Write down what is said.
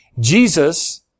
Jesus